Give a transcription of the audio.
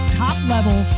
top-level